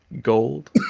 gold